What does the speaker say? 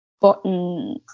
button